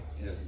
Yes